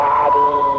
Daddy